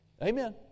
Amen